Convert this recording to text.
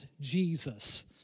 Jesus